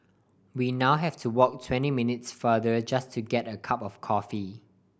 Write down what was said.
we now have to walk twenty minutes farther just to get a cup of coffee